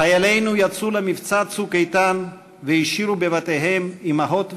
חיילינו יצאו למבצע "צוק איתן" והשאירו בבתיהם אימהות ואבות,